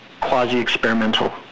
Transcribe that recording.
quasi-experimental